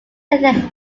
attended